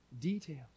details